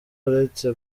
uretse